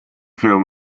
film